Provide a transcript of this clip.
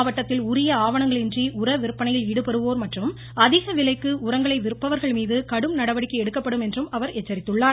மாவட்டத்தில் உரிய ஆவணங்களின்றி உர விற்பனையில் ஈடுபடுவோர் மற்றும் அதிக விலைக்கு உரங்களை விற்பவர்கள் மீது கடும் நடவடிக்கை எடுக்கப்படும் என்று அவர் எச்சரித்துள்ளார்